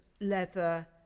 leather